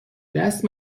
دست